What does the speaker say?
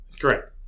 Correct